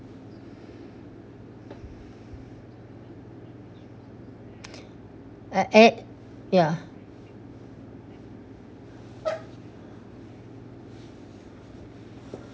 I at ya